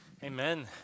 Amen